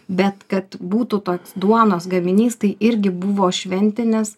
bet kad būtų to duonos gaminys tai irgi buvo šventinis